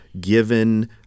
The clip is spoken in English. given –